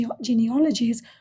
genealogies